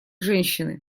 женщины